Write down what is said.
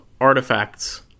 artifacts